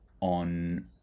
on